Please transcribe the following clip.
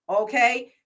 Okay